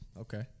okay